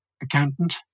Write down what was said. accountant